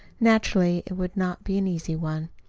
naturally it would not be an easy one.